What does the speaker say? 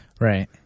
Right